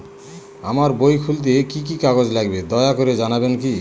আমার বই খুলতে কি কি কাগজ লাগবে দয়া করে জানাবেন কি?